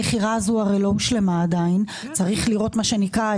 המכירה הזאת לא הושלמה עדיין וכמו שאומרים,